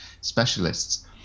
specialists